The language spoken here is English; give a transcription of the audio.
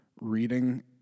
reading